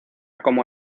como